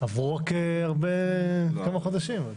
עברו רק כמה חודשים.